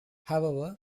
however